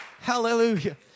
Hallelujah